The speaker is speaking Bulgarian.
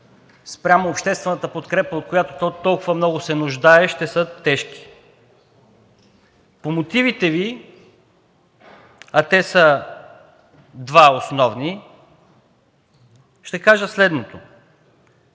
спрямо обществената подкрепа, от която то толкова много се нуждае, ще са тежки. По мотивите Ви, а те са два основни, ще кажа следното: